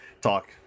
talk